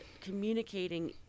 communicating